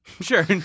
Sure